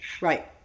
Right